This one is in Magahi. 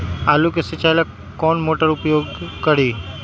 आलू के सिंचाई ला कौन मोटर उपयोग करी?